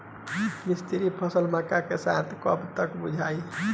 मिश्रित फसल मक्का के साथ कब तक बुआई होला?